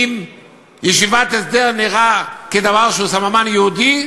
ואם ישיבת הסדר נראית כדבר שהוא סממן יהודי,